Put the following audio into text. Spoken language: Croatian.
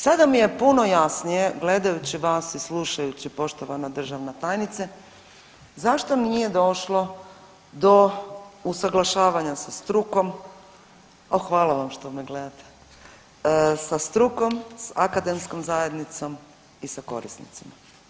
Sada mi je puno jasnije gledajući vas i slušajući, poštovana državna tajnice, zašto nije došlo do usaglašavanja sa strukom, a hvala vam što me gledate, sa strukom, s akademskom zajednicom i sa korisnicima.